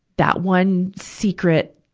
that one secret,